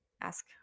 ask